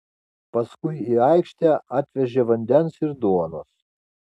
paskui į aikštę atvežė vandens ir duonos